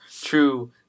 true